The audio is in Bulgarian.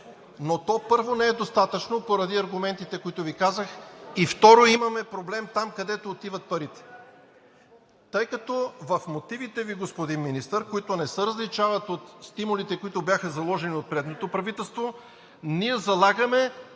но то първо не е достатъчно поради аргументите, които Ви казах и, второ, имаме проблем там, където отиват парите. Тъй като в мотивите Ви, господин Министър, които не се различават от стимулите, които бяха заложени в предното правителство, ние залагаме